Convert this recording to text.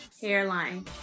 hairline